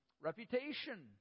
Reputation